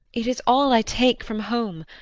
it is all i take from home.